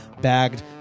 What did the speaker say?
bagged